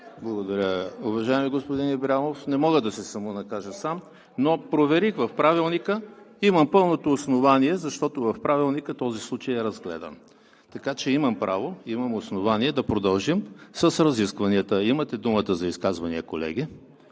Благодаря, уважаеми господин Ибрямов. Не мога да се самонакажа сам, но проверих в Правилника. Имам пълното основание, защото в Правилника този случай е разгледан, така че имам право, имам основание да продължим с разискванията. Имате думата за изказвания, колеги.